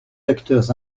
acteurs